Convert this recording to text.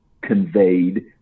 conveyed